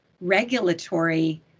regulatory